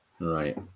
Right